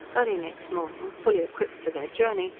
early next morning, fully equipped for their journey,